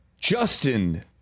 Justin